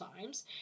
times